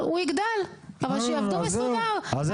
התשובה היא